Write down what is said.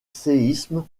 séismes